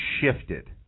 shifted